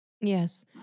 Yes